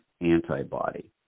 antibody